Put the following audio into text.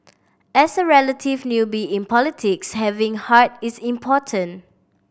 as a relative newbie in politics having heart is important